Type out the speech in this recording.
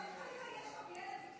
למה אתה לא לוחש יותר בלחש?